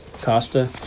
Costa